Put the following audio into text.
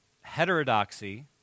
heterodoxy